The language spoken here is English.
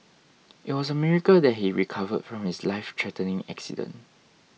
it was a miracle that he recovered from his lifethreatening accident